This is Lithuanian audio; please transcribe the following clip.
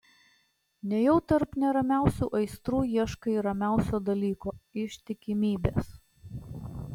nejau tarp neramiausių aistrų ieškai ramiausio dalyko ištikimybės